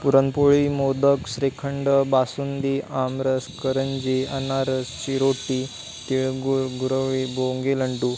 पुरणपोळी मोदक श्रीखंड बासुंदी आमरस करंजी अनारसा चिरोटे तिळगुळ गुळवणी बुंदी लाडू